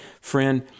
Friend